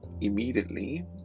immediately